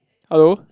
hello